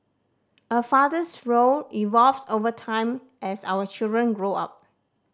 a father's role evolves over time as our children grow up